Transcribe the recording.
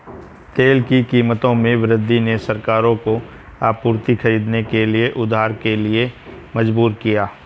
तेल की कीमतों में वृद्धि ने सरकारों को आपूर्ति खरीदने के लिए उधार के लिए मजबूर किया